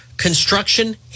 Construction